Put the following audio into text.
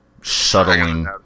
shuttling